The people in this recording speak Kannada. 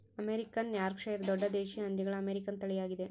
ಅಮೇರಿಕನ್ ಯಾರ್ಕ್ಷೈರ್ ದೊಡ್ಡ ದೇಶೀಯ ಹಂದಿಗಳ ಅಮೇರಿಕನ್ ತಳಿಯಾಗಿದೆ